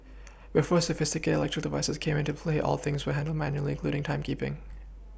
before sophisticated electrical devices came into play all things were handled manually including timekeePing